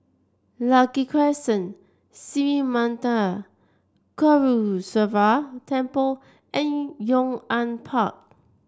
Lucky Crescent Sri Manmatha Karuneshvarar Temple and Yong An Park